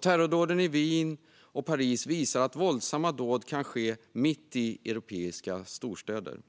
Terrordåden i Wien och Paris visar att våldsamma dåd kan ske mitt i europeiska storstäder.